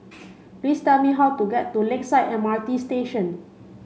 please tell me how to get to Lakeside M R T Station